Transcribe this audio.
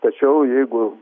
tačiau jeigu